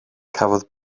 cafodd